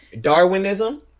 Darwinism